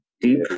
Deep